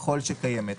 ככל שקיימת,